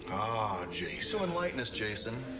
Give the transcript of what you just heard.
ah. jason. do enlighten us, jason.